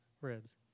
ribs